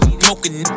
smoking